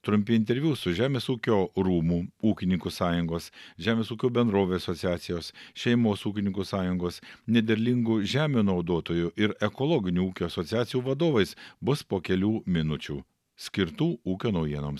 trumpi interviu su žemės ūkio rūmų ūkininkų sąjungos žemės ūkio bendrovių asociacijos šeimos ūkininkų sąjungos nederlingų žemių naudotojų ir ekologinių ūkių asociacijų vadovais bus po kelių minučių skirtų ūkio naujienoms